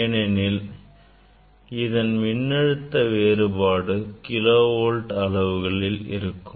ஏனெனில் இதன் மின்னழுத்த வேறுபாடு கிலோ வோல்ட் அளவுகளில் இருக்கும்